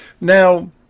Now